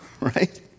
right